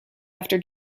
after